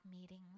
meetings